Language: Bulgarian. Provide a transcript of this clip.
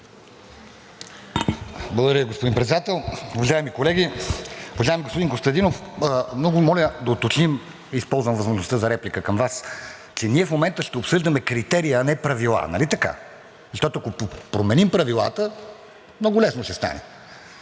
Благодаря, господин Председател. Уважаеми колеги! Уважаеми господин Костадинов, много моля да уточним – използвам възможността за реплика към Вас, че ние в момента ще обсъждаме критерии, а не правила, нали така? Защото, ако променим правилата, много лесно ще стане